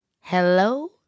Hello